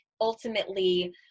ultimately